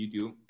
YouTube